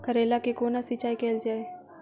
करैला केँ कोना सिचाई कैल जाइ?